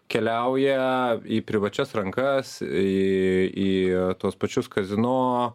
keliauja į privačias rankas į į tuos pačius kazino